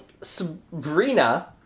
Sabrina